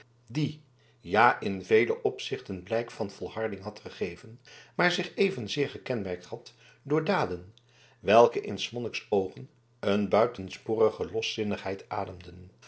die ja in vele opzichten blijken van volharding had gegeven maar zich evenzeer gekenmerkt had door daden welke in s monniks oogen een buitensporige loszinnigheid ademden